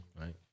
Right